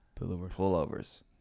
pullovers